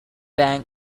bang